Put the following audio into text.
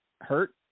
Hurt